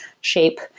shape